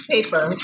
Paper